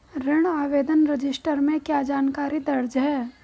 ऋण आवेदन रजिस्टर में क्या जानकारी दर्ज है?